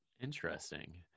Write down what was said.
Interesting